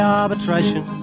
arbitration